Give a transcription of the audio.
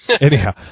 Anyhow